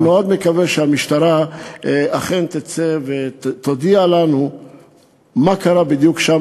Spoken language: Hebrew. אני מאוד מקווה שהמשטרה אכן תצא ותודיע לנו מה קרה שם בדיוק,